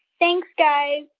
thanks, guys